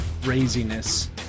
craziness